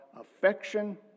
affection